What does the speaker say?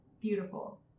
Beautiful